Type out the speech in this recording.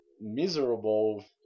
miserable